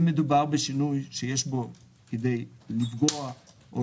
אם מדובר בשינוי שיש בו כדי לפגוע או